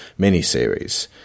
miniseries